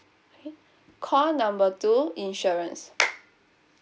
call number two insurance